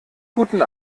guten